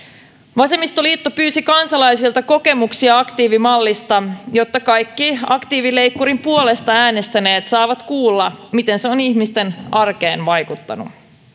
vasemmistoliitto pyysi kansalaisilta kokemuksia aktiivimallista jotta kaikki aktiivileikkurin puolesta äänestäneet saavat kuulla miten se on ihmisten arkeen vaikuttanut